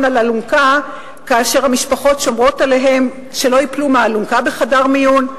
על אלונקה כאשר המשפחות שומרות עליהם שלא ייפלו מהאלונקה בחדר המיון?